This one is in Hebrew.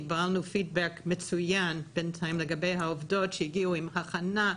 קיבלנו פידבק מצוין בינתיים לגבי העובדות שהגיעו עם הכנה,